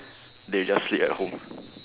they will just sleep at home